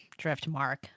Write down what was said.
Driftmark